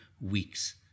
weeks